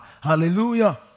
hallelujah